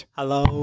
Hello